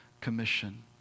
commission